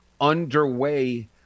underway